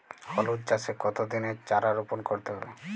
হলুদ চাষে কত দিনের চারা রোপন করতে হবে?